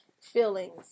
feelings